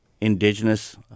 indigenous